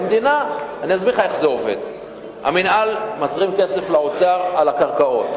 אני אסביר לך איך זה עובד: המינהל מזרים לאוצר כסף על הקרקעות,